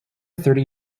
thirty